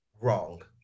wrong